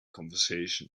conversation